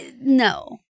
No